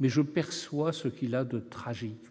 mais je perçois ce qu'il a de tragique.